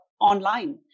Online